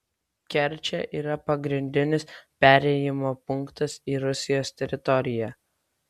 kerčė yra pagrindinis perėjimo punktas į rusijos teritoriją